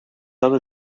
other